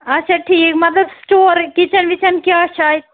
آچھا ٹھیٖک مطلب سٕٹورٕے کِچَن وِچن کیٛاہ چھُ اَتہِ